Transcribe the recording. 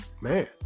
Man